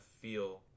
feel